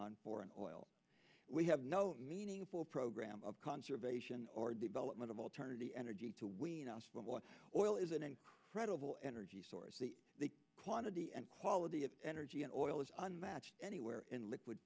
on foreign oil we have no meaningful program of conservation or development of alternative energy to we all is an incredible energy source the quantity and quality of energy and oil is unmatched anywhere in liquid